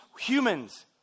humans